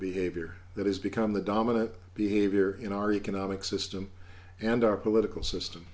behavior that has become the dominant behavior in our economic system and our political system